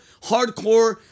hardcore